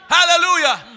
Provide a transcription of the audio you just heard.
Hallelujah